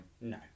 no